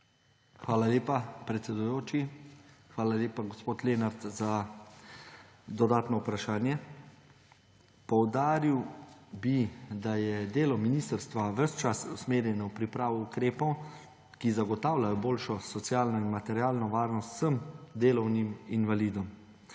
Hvala lepa, predsedujoči. Hvala lepa, gospod Lenart, za dodatno vprašanje. Poudaril bi, da je delo ministrstva ves čas usmerjeno v pripravo ukrepov, ki zagotavlja boljšo socialno in materialno varnost vsem delovnim invalidom.